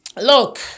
Look